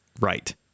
Right